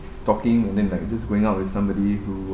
talking and then like just going out with somebody whose